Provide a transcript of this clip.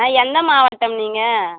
எந்த மாவட்டம் நீங்கள்